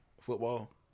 Football